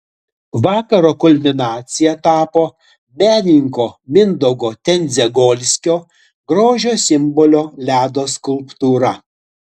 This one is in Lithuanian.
vakaro kulminacija tapo menininko mindaugo tendziagolskio grožio simbolio ledo skulptūra